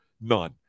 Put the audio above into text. None